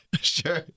Sure